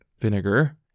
vinegar